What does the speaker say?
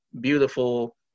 beautiful